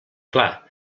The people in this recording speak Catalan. clar